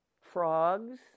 frogs